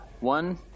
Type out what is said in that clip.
one